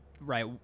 right